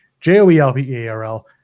J-O-E-L-P-E-A-R-L